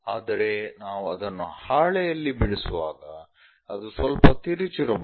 ಆದರೆ ನಾವು ಅದನ್ನು ಹಾಳೆಯಲ್ಲಿ ಬಿಡಿಸುವಾಗ ಅದು ಸ್ವಲ್ಪ ತಿರುಚಿರಬಹುದು